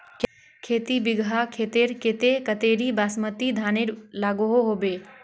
खेती बिगहा खेतेर केते कतेरी बासमती धानेर लागोहो होबे?